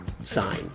sign